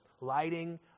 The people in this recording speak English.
lighting